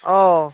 ꯑꯣ